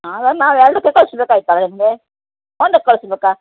ಹಾಗಾರ್ ನಾವು ಎರಡಕ್ಕೆ ಕಳಿಸ್ಬೇಕಾಯ್ತಲಾ ನಿಮಗೆ ಒಂದಕ್ಕೆ ಕಳಿಸ್ಬೇಕಾ